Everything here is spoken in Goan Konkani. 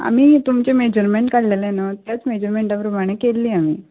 आमी तुमचें मॅजरमेंट काडलेलें न्हू त्याच मॅजरमेंटा प्रमाणें केल्ली आमी